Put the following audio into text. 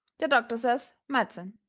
the doctor says medicine.